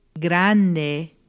Grande